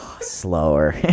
Slower